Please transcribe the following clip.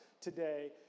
today